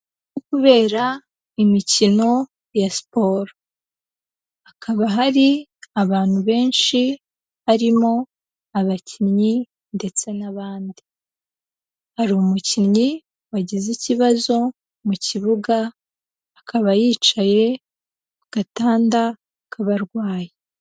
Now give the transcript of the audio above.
Kubera imikino ya siporo hakaba hari abantu benshi barimo abakinnyi ndetse n'abandi, hari umukinnyi wagize ikibazo mu kibuga akaba yicaye ku gatanda k'abarwayi.